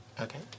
okay